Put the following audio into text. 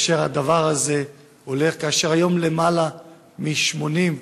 והיום יותר מ-80 לידות,